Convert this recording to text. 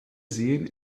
sehen